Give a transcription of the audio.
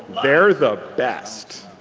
they're the best.